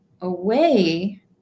away